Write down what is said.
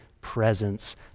presence